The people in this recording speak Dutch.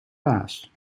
baas